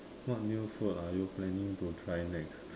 what new food are you planning to try next